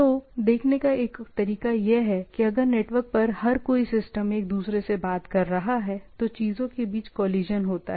तो देखने का एक तरीका यह है कि अगर नेटवर्क पर हर कोई सिस्टम एक दूसरे से बात कर रहा है तो चीजों के बीच कोलिशन होता है